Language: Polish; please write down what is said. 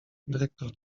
dyrektor